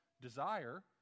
desire